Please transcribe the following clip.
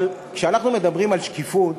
אבל כשאנחנו מדברים על שקיפות,